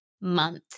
month